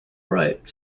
right